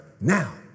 Now